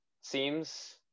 seems